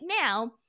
now